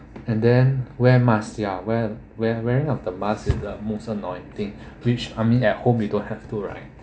and then wear mask ya wear wearing of the mask is the most annoying thing which I mean at home you don't have to right